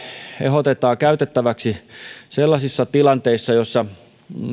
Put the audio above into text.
ehdotetaan käytettäväksi sellaisissa tilanteissa joissa